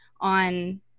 on